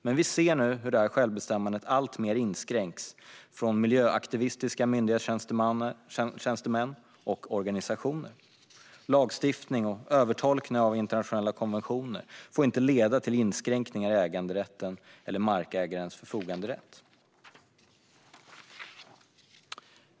Men vi ser nu hur det självbestämmandet alltmer inskränks från miljöaktivistiska myndighetstjänstemän och organisationer. Lagstiftning och övertolkning av internationella konventioner får inte leda till inskränkningar i äganderätten eller markägarens förfoganderätt.